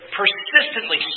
persistently